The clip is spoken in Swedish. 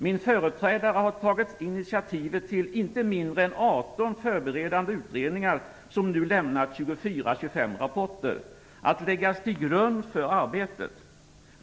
Min företrädare har tagit initiativ till inte mindre än 18 förberedande utredningar, som nu lämnat 24-25 rapporter att läggas till grund för arbetet.